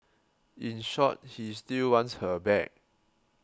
in short he still wants her back